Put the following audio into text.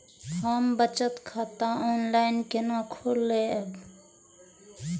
हम बचत खाता ऑनलाइन केना खोलैब?